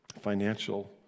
financial